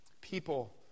people